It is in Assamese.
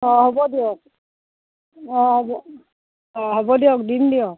অ হ'ব দিয়ক অ হ'ব অ হ'ব দিয়ক দিম দিয়ক